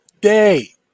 day